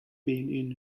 been